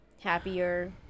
happier